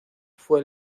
fue